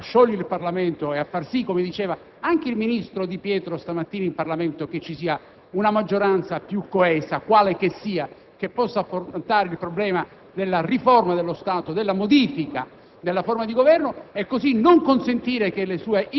ricercando altri precedenti, come ci furono nel 1994 - a sciogliere il Parlamento e a far sì, come ha detto il ministro Di Pietro stamattina in Parlamento, che vi sia una maggioranza più coesa, quale che sia, che possa affrontare il problema della riforma dello Stato e della modifica